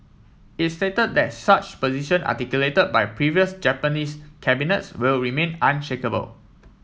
it stated that such position articulated by previous Japanese cabinets will remain unshakeable